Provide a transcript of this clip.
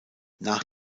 nach